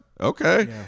Okay